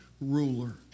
ruler